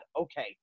Okay